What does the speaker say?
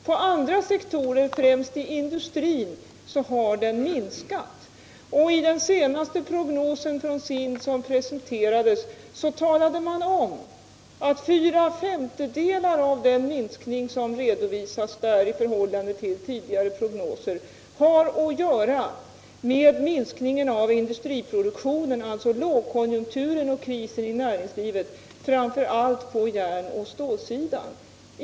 På andra sektorer, främst inom industrin, har den däremot minskat, och i den senaste prognosen från SIND — statens industriverk — som presenterats meddelas det att fyra femtedelar av den minskning i förhållande till tidigare prognoser som redovisats där har att göra med minskningen av industriproduktionen, alltså med lågkonjunkturen och krisen i näringslivet, framför allt på järnoch stålsidan.